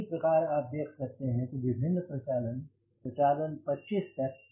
इसी प्रकार आप देख सकते हैं विभिन्न प्रचालन प्रचालन 25 तक